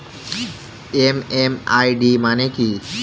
MMID মানে কি?